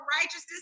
righteousness